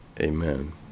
amen